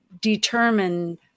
determine